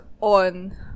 on